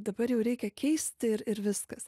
dabar jau reikia keisti ir ir viskas